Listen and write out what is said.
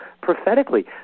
prophetically